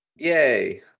Yay